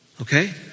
okay